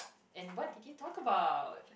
and what did you talk about